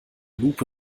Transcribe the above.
lupe